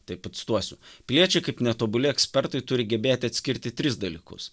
tai pacituosiu piliečiai kaip netobuli ekspertai turi gebėti atskirti tris dalykus